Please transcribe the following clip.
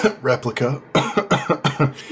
replica